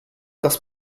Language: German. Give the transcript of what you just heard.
das